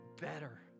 better